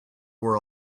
were